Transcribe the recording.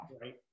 right